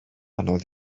anodd